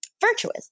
virtuous